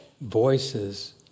voices